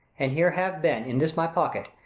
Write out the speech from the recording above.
and here have been, in this my pocket,